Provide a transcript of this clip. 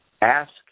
Ask